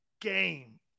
game